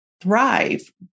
thrive